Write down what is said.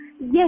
Yes